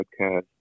podcast